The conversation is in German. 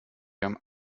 haben